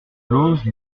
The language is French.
closes